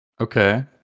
okay